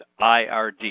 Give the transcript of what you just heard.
IRD